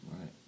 Right